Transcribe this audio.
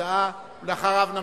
אחריו נמשיך.